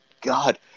God